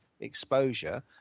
exposure